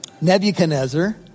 Nebuchadnezzar